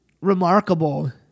remarkable